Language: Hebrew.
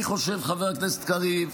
אני חושב, חבר הכנסת קריב,